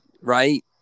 Right